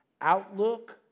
Outlook